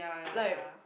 like